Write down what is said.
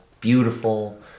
beautiful